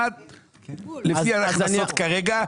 לפי ההכנסות כרגע,